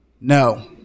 No